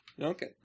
Okay